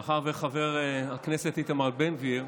מאחר שחבר הכנסת איתמר בן גביר